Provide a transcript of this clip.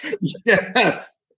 yes